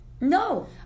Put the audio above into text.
No